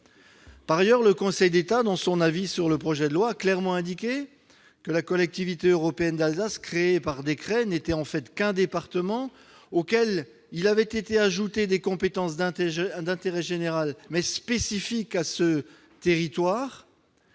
Par ailleurs, le Conseil d'État, dans son avis sur le projet de loi, a clairement indiqué que la Collectivité européenne d'Alsace, créée par décret, n'était en fait qu'un département auquel il avait été ajouté des compétences d'intérêt général spécifiques à ce territoire.